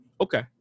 Okay